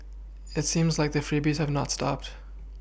it seems like the freebies have not stopped